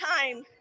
time